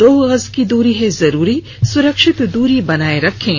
दो गज की दूरी है जरूरी सुरक्षित दूरी बनाए रखें